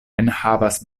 enhavas